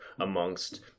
amongst